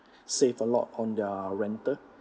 save a lot on their rental